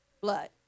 blood